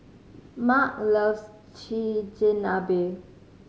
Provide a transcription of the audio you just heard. Marc loves Chigenabe